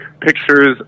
pictures